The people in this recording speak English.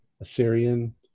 Assyrian